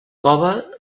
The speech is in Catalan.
cova